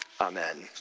amen